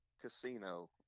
casino